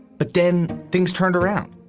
but then things turned around.